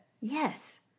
Yes